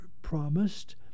Promised